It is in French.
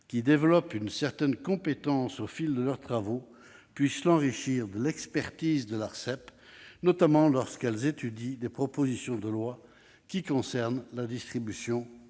développent une certaine compétence au fil de leurs travaux, puissent l'enrichir de l'expertise de l'Arcep, notamment lorsqu'elles étudient des textes de loi concernant la distribution de la